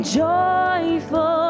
joyful